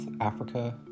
Africa